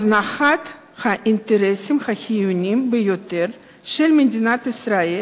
הזנחת האינטרסים החיוניים ביותר של מדינת ישראל